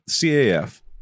CAF